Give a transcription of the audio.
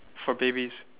for babies